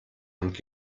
hand